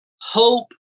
hope